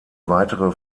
weitere